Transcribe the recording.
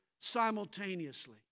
simultaneously